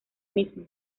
mismo